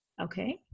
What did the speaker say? Okay